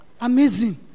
Amazing